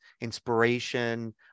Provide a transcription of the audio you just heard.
inspiration